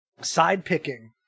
side-picking